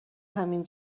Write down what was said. همین